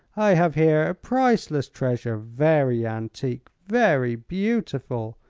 i have here a priceless treasure very antique, very beautiful.